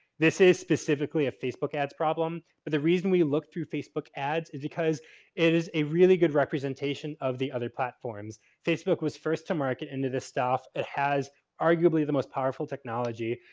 this is specifically a facebook ads problem. but the read we look through facebook ads is because it is a really good representation of the other platforms. facebook was first to market into this stuff. it has arguably the most powerful technology.